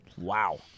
Wow